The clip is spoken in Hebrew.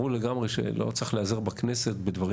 ברור לגמרי שלא צריך להיעזר בכנסת בדברים